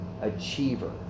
Achiever